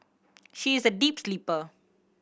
she is a deep sleeper